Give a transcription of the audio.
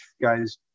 guys